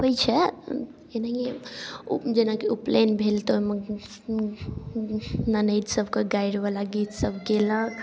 होइ छै एनाहिए जेनाकि उपनैन भेल तऽ ओहिमे ननदिसबके गाइरिवला गीतसब गेलक